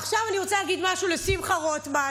עכשיו אני רוצה להגיד משהו לשמחה רוטמן,